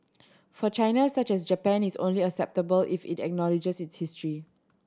for China such as Japan is only acceptable if it acknowledges history